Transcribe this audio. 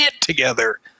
together